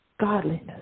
godliness